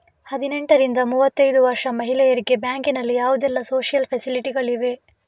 ಹದಿನೆಂಟರಿಂದ ಮೂವತ್ತೈದು ವರ್ಷ ಮಹಿಳೆಯರಿಗೆ ಬ್ಯಾಂಕಿನಲ್ಲಿ ಯಾವುದೆಲ್ಲ ಸೋಶಿಯಲ್ ಫೆಸಿಲಿಟಿ ಗಳಿವೆ?